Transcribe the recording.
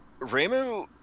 Ramu